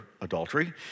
adultery